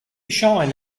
shine